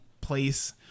place